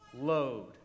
load